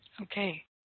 Okay